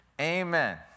Amen